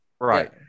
right